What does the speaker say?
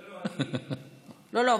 לא, לא.